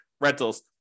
rentals